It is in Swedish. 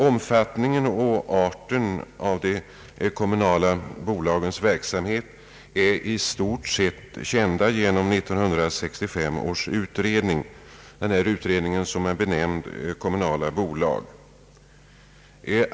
Omfattningen och arten av de kommunala bolagens verksamhet är i stort sett kända genom 1965 års utredning, benämnd Kommunala bolag.